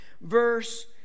verse